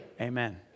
Amen